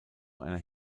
einer